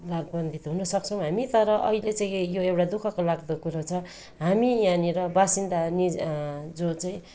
लाभान्वित हुनुसक्छौँ हामी तर अहिले चाहिँ यो एउटा दुःखको लाग्दो कुरो छ हामी यहाँनिर बाासिन्दा निज जो चाहिँ